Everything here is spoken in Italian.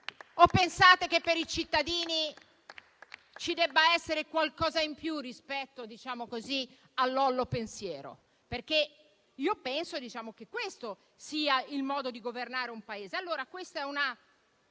O pensate che per i cittadini ci debba essere qualcosa in più rispetto al "Lollo pensiero"? Io penso che questo sia il modo di governare un Paese.